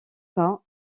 pas